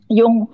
yung